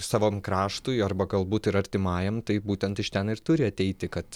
savam kraštui arba galbūt ir artimajam tai būtent iš ten ir turi ateiti kad